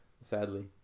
Sadly